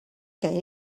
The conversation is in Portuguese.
cães